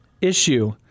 issue